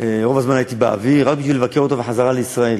עם הקדשה של הרב עובדיה יוסף לפולארד בספר הגדה של פסח.